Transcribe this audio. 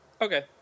Okay